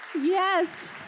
Yes